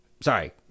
Sorry